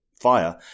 fire